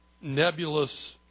nebulous